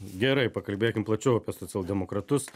gerai pakalbėkim plačiau apie socialdemokratus